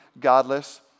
godless